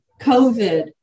COVID